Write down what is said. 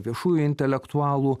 viešųjų intelektualų